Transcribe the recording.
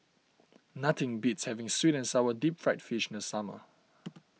nothing beats having Sweet and Sour Deep Fried Fish in the summer